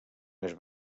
més